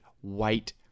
white